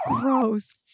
Gross